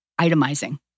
itemizing